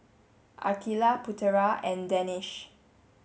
Aqilah Putera and Danish